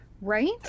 Right